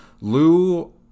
Lou